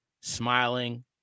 smiling